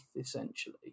essentially